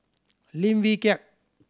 Lim Wee Kiak